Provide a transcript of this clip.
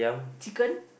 chicken